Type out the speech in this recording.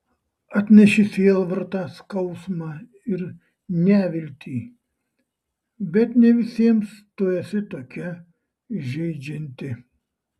atneši sielvartą skausmą ir neviltį bet ne visiems tu esi tokia žeidžianti